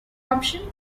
operation